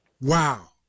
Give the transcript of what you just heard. wow